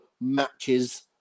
matches